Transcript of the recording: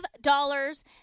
dollars